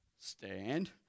stand